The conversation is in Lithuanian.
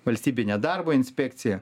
valstybinė darbo inspekcija